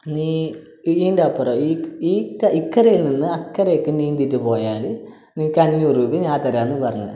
നീ ഇയീന്റപ്പറം ഈ ഇക്കരേ നിന്ന് അക്കരേക്ക് നീന്തീട്ട് പോയാൽ നിനക്ക് അഞ്ഞൂറ് രൂപ ഞാൻ തരാമെന്ന് പറഞ്ഞു